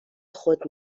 خود